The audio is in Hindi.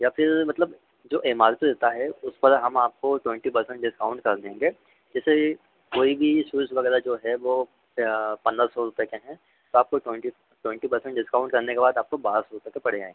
या फिर मतलब जो एम आर पी रहता है उस पर हम आपको ट्वेंटी पर्सेंट डिस्काउंट कर देंगे जैसे कोई भी सूज़ वग़ैरह जो है वह या पन्द्रह सौ रुपये के हैं तो आपको ट्वेंटी ट्वेंटी पर्सेंट डिस्काउंट करने के बाद आपको बारह सौ तक के पड़ जाएँगे